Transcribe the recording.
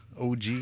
OG